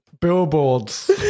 Billboards